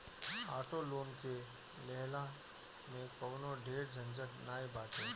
auto loan के लेहला में कवनो ढेर झंझट नाइ बाटे